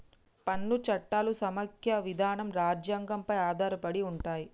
పన్ను చట్టాలు సమైక్య విధానం రాజ్యాంగం పై ఆధారపడి ఉంటయ్